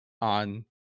on